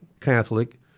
Catholic